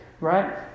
Right